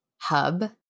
hub